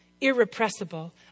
irrepressible